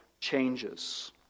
changes